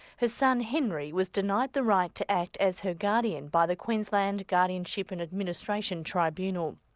her son henry was denied the right to act as her guardian by the queensland guardianship and administration tribunal.